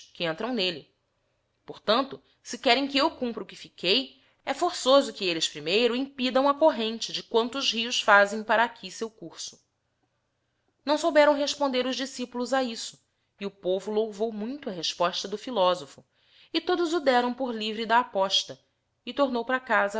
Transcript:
eutrão nelle por taiito se querem que eu cumpra o que fiquei bc forçoso que elles primeiro impidão a corrente de quantos rios fazem para aqui seu curso tnão souberao responder os discípulos a isto e o povo louvou muito a resposta do philosopbo e todos o derão por livre da aposta e tornou para casa